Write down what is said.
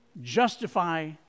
justify